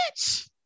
bitch